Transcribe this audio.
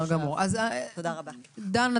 דן,